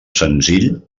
senzill